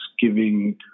giving